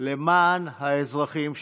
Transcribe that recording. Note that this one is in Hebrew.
למען האזרחים שלהן.